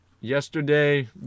Yesterday